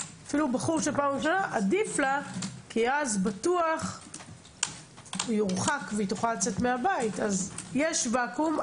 כי אז בטוח יורחק ותוכל לצאת מהבית יש ואקום.